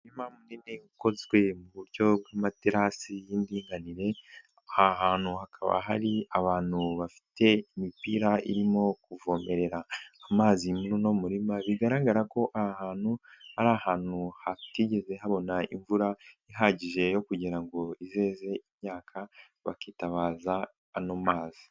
Umurima munini ukozwe mu buryo bw'amaterasi y'indinganire, aha hantu hakaba hari abantu bafite umipira irimo kuvomerera amazi muri uno murima, bigaragara ko aha hantu ari ahantu hatigeze habona imvura ihagije yo kujyirango izeze imyaka bakitabaza ano mazi.